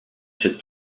cette